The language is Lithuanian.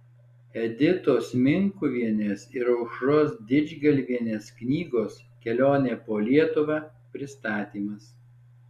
editos minkuvienės ir aušros didžgalvienės knygos kelionė po lietuvą pristatymas